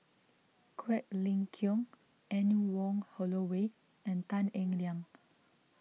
Quek Ling Kiong Anne Wong Holloway and Tan Eng Liang